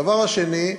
הדבר השני,